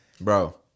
bro